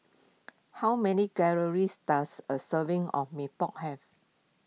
how many calories does a serving of Mee Pok have